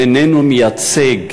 איננו מייצג